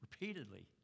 repeatedly